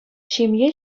ҫемье